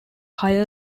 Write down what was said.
higher